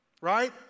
right